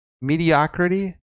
Mediocrity